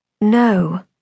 No